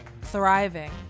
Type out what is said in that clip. Thriving